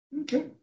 okay